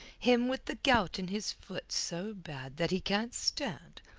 him with the gout in his foot so bad that he can't stand?